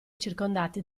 circondati